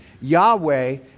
Yahweh